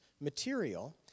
material